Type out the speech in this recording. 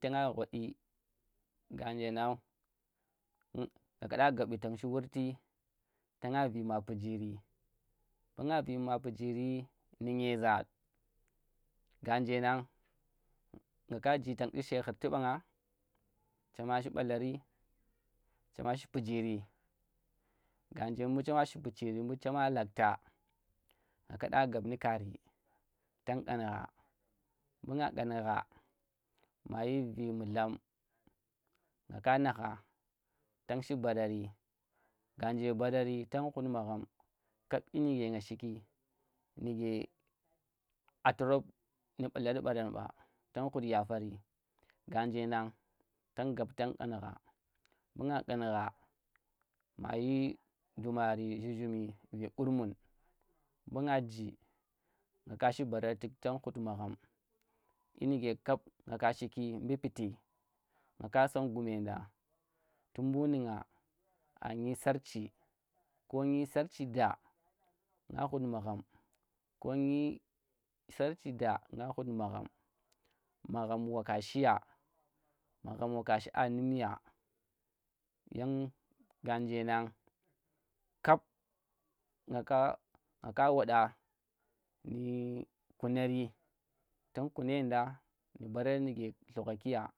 Ta nga ghwat dyi nga ka da gabi tang shi wurti tanga vi maa pugiri, mbu nga vi ma pujiri ndu nyeeza, ngga nje nang nga ka nji tang ɗi she khurti manang chem a shi mbalari chema shi pujiri ngga nje mbu chema shi pujiri chema lakhta nga kada gab nu kaari, tang ƙungha mbu nga kangha, ma yir vi mutlum nga ka nagha tang shi badari ka nji badari tan khut magham kap dyi nuke nga shi ki dyi nje torop nu mbalar baran ba tang khut yapari, ngga nje nang ƙun gha ma yi dumari zhuzhum vi qurmun, mbu nga nji nga shi barar tuk tang khut magham dyi nuke ngga shiki kap mbu piti nga ka san gume nɗa tu buu ndu nga anyi sarchi ko dyi sarchi da nga khut magham, ko dyi sorchi da nga khut magham, magham wa ka shiya, magham wa ka shi aa num ya, yang ngga nje nang kap nga ka nga ka wanɗa nu kunari tang kuna yenda ndi barar ndi ka lugha ki ya